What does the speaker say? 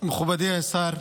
מכובדי השר,